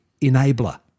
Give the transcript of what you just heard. enabler